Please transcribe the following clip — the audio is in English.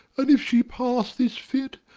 an if she pass this fit,